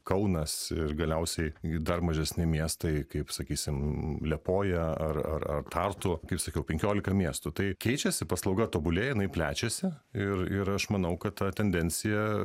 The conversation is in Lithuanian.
kaunas ir galiausiai gi dar mažesni miestai kaip sakysim liepoja ar ar ar tartu kaip sakiau penkiolika miestų tai keičiasi paslauga tobulėja jinai plečiasi ir ir aš manau kad ta tendencija